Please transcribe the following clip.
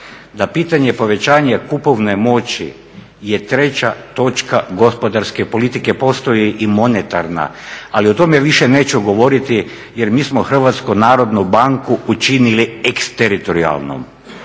da pitanje povećanja kupovne moći je treća točka gospodarske politike, postoji i monetarna, ali o tome više neću govoriti jer mi smo Hrvatsku narodnu banku učinili eksteritorijalnom.